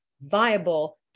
viable